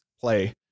play